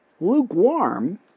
lukewarm